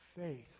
Faith